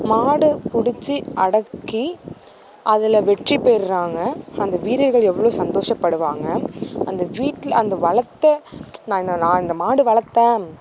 மாட்ட பிடிச்சி அடக்கி அதில் வெற்றி பெற்றாங்க அந்த வீரர்கள் எவ்வளோ சந்தோஷப்படுவாங்க அந்த வீட்டில் அந்த வளர்த்த நான் இந்த நான் இந்த மாடு வளர்த்தேன்